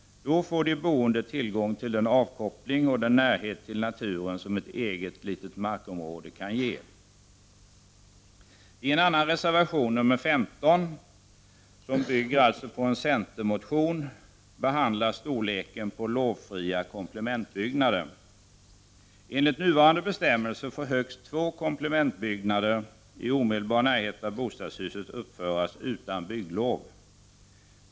Då får de boende tillgång till den avkoppling och den närhet till naturen som ett eget litet markområde kan ge. I reservation nr 15, som bygger på en centermotion, behandlas storleken på lovfria komplementbyggnader. Enligt nuvarande bestämmelser får högst två komplementbyggnader i omedelbar närhet av bostadshuset uppföras utan bygglov.